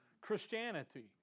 Christianity